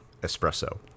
espresso